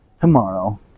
tomorrow